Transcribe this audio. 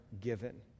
given